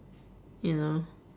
you know